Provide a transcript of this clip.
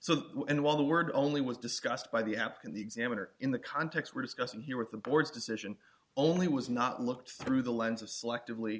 so and while the word only was discussed by the apt in the examiner in the context we're discussing here with the board's decision only was not looked through the lens of selectively